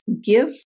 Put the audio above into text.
Give